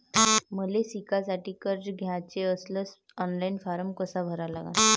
मले शिकासाठी कर्ज घ्याचे असल्यास ऑनलाईन फारम कसा भरा लागन?